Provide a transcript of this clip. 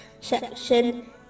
section